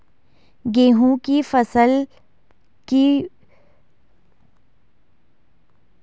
गेहूँ की फसल की मड़ाई के लिए कौन सा उपकरण सबसे अच्छा है?